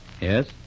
Yes